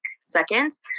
seconds